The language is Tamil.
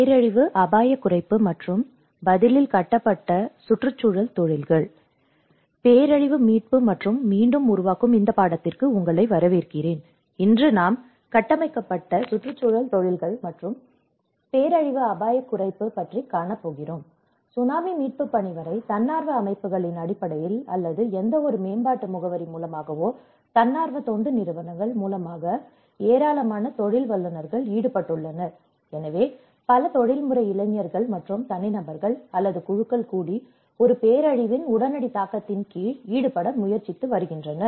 பேரழிவு மீட்பு மற்றும் மீண்டும் உருவாக்கும் இந்த பாடத்திற்கு உங்களை வரவேற்கிறேன் இன்று நாம் கட்டமைக்கப்பட்ட சுற்றுச்சூழல் தொழில்கள் மற்றும் பேரழிவு அபாய குறைப்பு பற்றி காணப்போகிறோம் சுனாமி மீட்புப்பணி வரை தன்னார்வ அமைப்புகளின் அடிப்படையில் அல்லது எந்தவொரு மேம்பாட்டு முகவரி மூலமாகவோ தன்னார்வ தொண்டு நிறுவனங்கள் மூலமாக ஏராளமான தொழில் வல்லுனர்கள் ஈடுபட்டுள்ளனர் எனவே பல தொழில்முறை இளைஞர்கள் மற்றும் தனிநபர்கள் அல்லது குழுக்கள் கூடி ஒரு பேரழிவின் உடனடி தாக்கத்தின் கீழ் ஈடுபட முயற்சித்து வருகின்றனர்